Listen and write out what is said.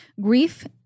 Grief